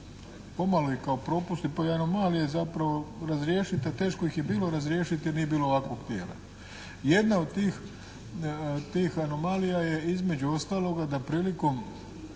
pomalo kao i propusti, pa i anomalije zapravo razriješiti. A teško ih je bilo razriješiti jer nije bilo ovakvog tijela. Jedna od tiha anomalija je između ostaloga da prilikom